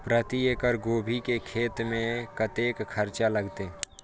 प्रति एकड़ गोभी के खेत में कतेक खर्चा लगते?